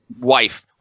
wife